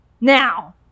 now